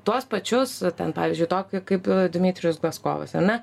tuos pačius ten pavyzdžiui tokį kaip dmitrijus glaskovas ane